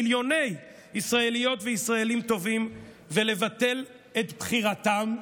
מיליוני ישראליות וישראלים טובים ולבטל את בחירתם.